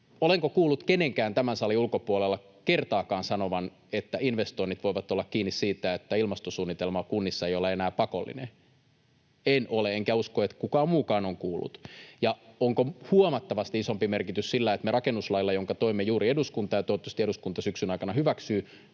Olenko kuullut kenenkään tämän salin ulkopuolella kertaakaan sanovan, että investoinnit voivat olla kiinni siitä, että ilmastosuunnitelma kunnissa ei ole enää pakollinen? En ole enkä usko, että kukaan muukaan on kuullut. Ja onko huomattavasti isompi merkitys sillä, että me rakennuslailla, jonka toimme juuri eduskuntaan ja toivottavasti eduskunta syksyn aikana hyväksyy,